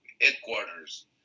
Headquarters